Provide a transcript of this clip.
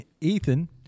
Ethan